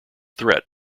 threat